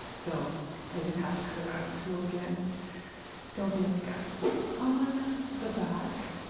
so i did have to cut it out of the tulle again don't be like us on the back,